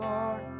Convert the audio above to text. Lord